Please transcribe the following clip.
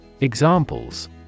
Examples